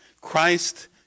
Christ